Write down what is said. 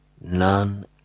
None